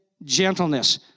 Gentleness